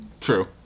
True